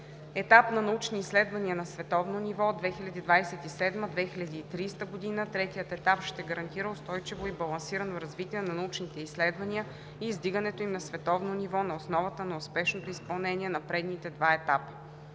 етап на научни изследвания на световно ниво (2027 – 2030 г.) – третият етап ще гарантира устойчиво и балансирано развитие на научните изследвания и издигането им на световно ниво на основата на успешното изпълнение на предните два етапа.